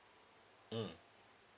mm